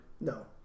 No